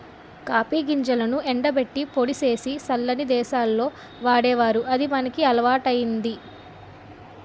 copy గింజలను ఎండబెట్టి పొడి సేసి సల్లని దేశాల్లో వాడేవారు అది మనకి అలవాటయ్యింది